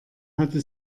hatte